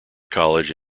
college